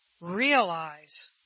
realize